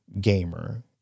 gamer